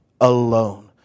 alone